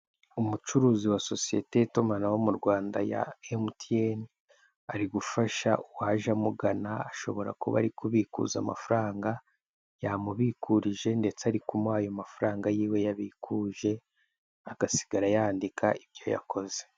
Umucuruzi wa sosiye y'itumanaho mu Rwanda ya MTN, ari gufasha uwaje amugana ashobora kuba ari kubikuza amafaranga, yamubikuririje ndetse ari kumuha ayo mafaranga yiwe yabikuje, agasigara yandika ibyo yakoze.